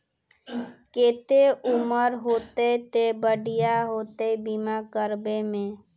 केते उम्र होते ते बढ़िया होते बीमा करबे में?